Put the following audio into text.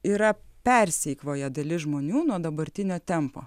yra persieikvoja dalis žmonių nuo dabartinio tempo